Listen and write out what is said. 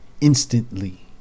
instantly